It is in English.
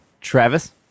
Travis